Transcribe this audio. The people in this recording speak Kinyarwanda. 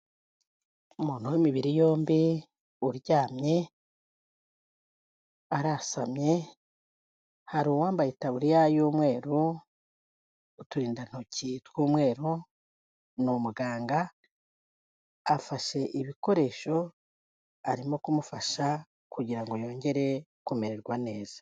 Umuntu w'imibiri yombi uryamye, arasamye, hari uwambaye itaburiya y'umweru, uturindantoki tw'umweru, ni umuganga, afashe ibikoresho arimo kumufasha kugira ngo yongere kumererwa neza.